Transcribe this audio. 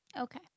Okay